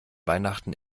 weihnachten